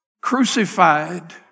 crucified